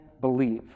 Believe